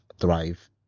thrive